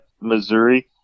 Missouri